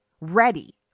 ready